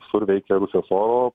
visur veikia rusijos oro